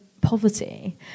poverty